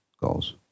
goals